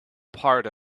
part